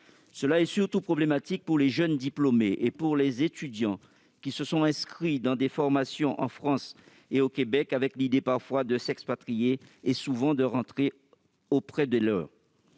Cela est surtout problématique pour les jeunes diplômés et pour les étudiants qui se sont inscrits dans des formations en France et au Québec avec l'idée, parfois, de s'expatrier et, souvent, de rentrer auprès des leurs.